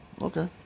Okay